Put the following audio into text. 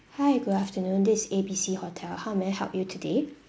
hi good afternoon this is A B C hotel how may I help you today